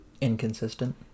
Inconsistent